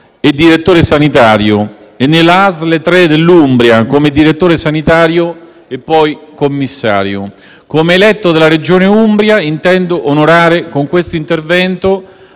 e direttore sanitario, e nella ASL 3 dell'Umbria, come direttore sanitario e poi commissario. Come eletto della Regione Umbria, intendo onorare con quest'intervento